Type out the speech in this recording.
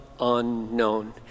Unknown